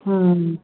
ம்